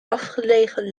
afgelegen